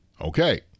Okay